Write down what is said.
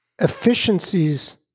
Efficiencies